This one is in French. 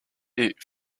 est